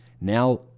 Now